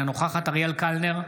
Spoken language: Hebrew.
אינה נוכחת אריאל קלנר,